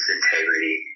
integrity